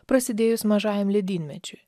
prasidėjus mažajam ledynmečiui